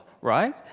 Right